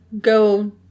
go